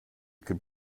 could